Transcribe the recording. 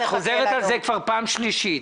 אורלי, את חוזרת על זה כבר פעם שלישית.